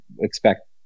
expect